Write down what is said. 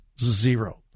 Zero